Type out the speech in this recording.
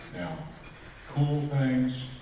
now cool things?